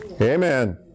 Amen